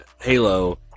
Halo